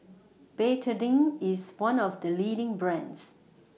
Betadine IS one of The leading brands